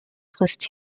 frisst